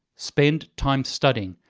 spend time studying,